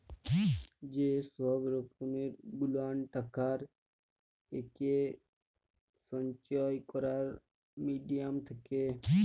যে সহব রকম গুলান টাকার একেসচেঞ্জ ক্যরার মিডিয়াম থ্যাকে